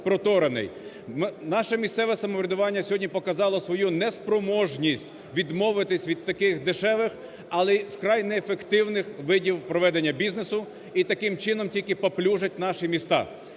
наше місцеве самоврядування сьогодні показало свою неспроможність відмовитись від таких дешевих, але вкрай неефективних видів проведення бізнесу, і таким чином тільки паплюжить наші міста.